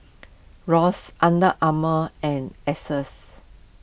Rose Under Armour and Asics